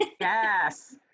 Yes